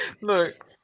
Look